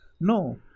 No